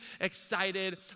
excited